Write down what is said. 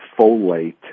folate